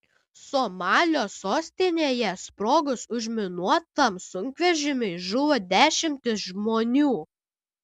somalio sostinėje sprogus užminuotam sunkvežimiui žuvo dešimtys žmonių